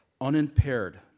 unimpaired